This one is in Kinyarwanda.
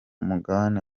mugabane